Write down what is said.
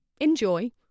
enjoy